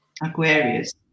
Aquarius